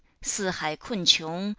si hai kun qiong,